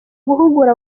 guhugura